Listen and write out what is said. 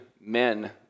men